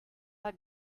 pas